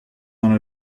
dans